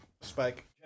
Spike